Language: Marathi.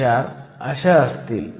4 असतील